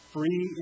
Free